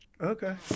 Okay